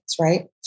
right